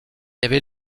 avait